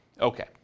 Okay